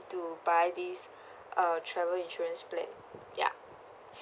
to buy this uh travel insurance plan yup